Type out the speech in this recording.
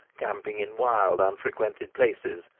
camping in wild, unfrequented places,